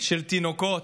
של תינוקות,